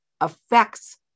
affects